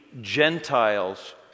Gentiles